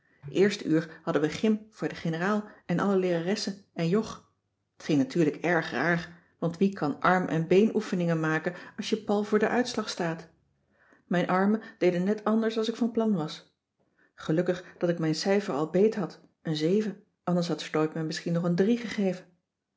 eerste uur hadden we gym voor de generaal en alle leeraressen en jog t ging natuurlijk erg raar want wie kan armen beenoefeningen maken als je pal voor den uitslag staat mijn armen deden net anders als ik van plan was gelukkig dat ik mijn cijfer al beet had een zeven anders had steub me misschien nog een drie gegeven